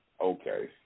Okay